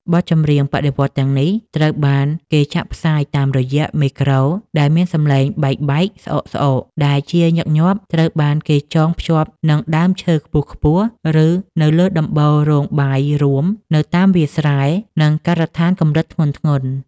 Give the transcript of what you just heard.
បទចម្រៀងបដិវត្តន៍ទាំងនេះ ត្រូវបានគេចាក់ផ្សាយតាមរយៈមេក្រូដែលមានសំឡេងបែកៗ ស្អកៗ ដែលជាញឹកញាប់ត្រូវបានគេចងភ្ជាប់នឹងដើមឈើខ្ពស់ៗ ឬនៅលើដំបូលរោងបាយរួម នៅតាមវាលស្រែ និងការដ្ឋានកម្រិតធ្ងន់ៗ។